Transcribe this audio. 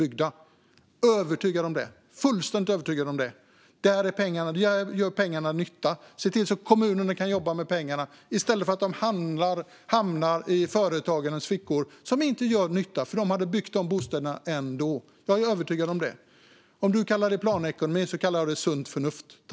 Jag är fullständigt övertygad om det. Där gör pengarna nytta. Se till att kommunerna kan jobba med pengarna, i stället för att de hamnar i företagarnas fickor där de inte gör någon nytta. Företagarna hade byggt bostäderna ändå. Det är jag övertygad om. Om du kallar det planekonomi, Ola Johansson, kallar jag det sunt förnuft.